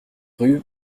rue